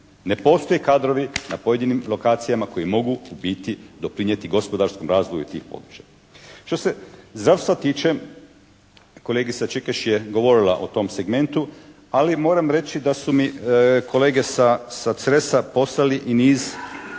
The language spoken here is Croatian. Ne postoje kadrovi na pojedinim lokacijama koji mogu biti, doprinijeti gospodarskom razvoju tih područja. Što se zdravstva tiče kolegica Čikeš je govorila o tom segmentu, ali moram reći da su mi kolege sa Cresa poslali i niz